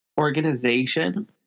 organization